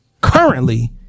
currently